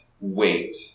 wait